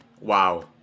Wow